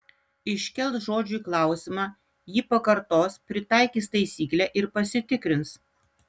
iškels žodžiui klausimą jį pakartos pritaikys taisyklę ir pasitikrins